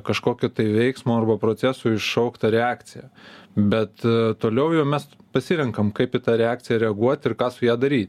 kažkokio tai veiksmo arba procesų iššaukta reakcija bet toliau jau mes pasirenkam kaip į tą reakciją reaguot ir ką su ja dary